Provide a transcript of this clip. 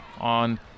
on